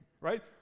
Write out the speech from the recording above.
Right